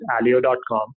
alio.com